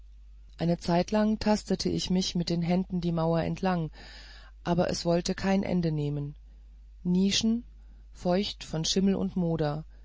eine zeitlang tastete ich mich mit den händen die mauern entlang aber es wollte kein ende nehmen nischen feucht von schimmel und moder